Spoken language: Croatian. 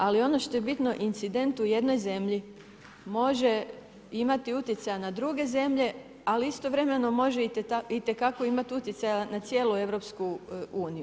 Ali ono što je bitno, incident u jednoj zemlji može imati utjecaja na druge zemlje, ali istovremeno može itekako imati utjecaja na cijelu EU.